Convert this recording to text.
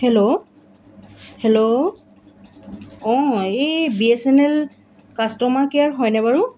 hello hello um এই B S N L customer care হয়নে বাৰু